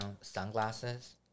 sunglasses